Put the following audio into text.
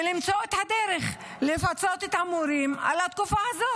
ולמצוא את הדרך לפצות את המורים על התקופה הזאת.